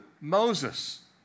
Moses